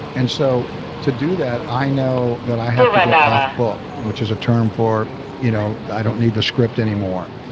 and so to do that, i know that i have to get off book, which is a term for you know i don't need the script anymore.